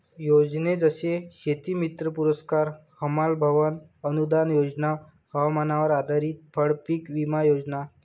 योजने जसे शेतीमित्र पुरस्कार, हमाल भवन अनूदान योजना, हवामानावर आधारित फळपीक विमा योजना